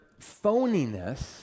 phoniness